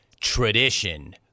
tradition